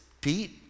Pete